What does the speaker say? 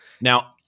Now